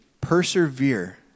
persevere